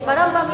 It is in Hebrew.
"רמב"ם"